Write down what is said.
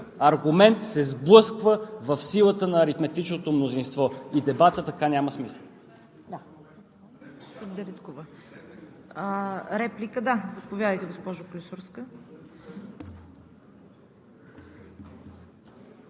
аргумент се сблъсква в силата на аритметичното мнозинство и дебатът така няма смисъл.